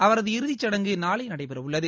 அவரது இறுதித் சடங்கு நாளை நடைபெற உள்ளது